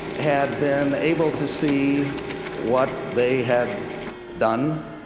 had been able to see what they had done,